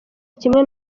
kimwe